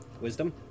Wisdom